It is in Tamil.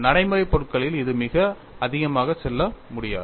நடைமுறை பொருட்களில் இது மிக அதிகமாக செல்ல முடியாது